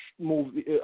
movie